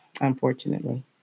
unfortunately